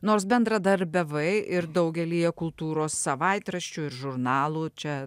nors bendradarbiavai ir daugelyje kultūros savaitraščių ir žurnalų čia